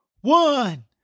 one